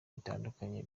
bitandukanye